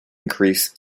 increase